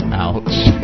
ouch